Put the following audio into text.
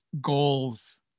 goals